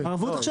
הערבות עכשיו.